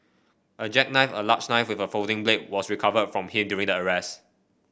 a jackknife a large knife with a folding blade was recovered from him during the arrest